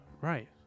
right